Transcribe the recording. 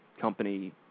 company